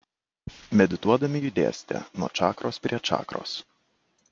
medituodami judėsite nuo čakros prie čakros